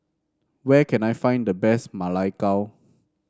where can I find the best Ma Lai Gao